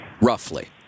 roughly